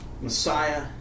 Messiah